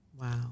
Wow